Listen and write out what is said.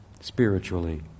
spiritually